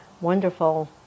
wonderful